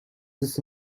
this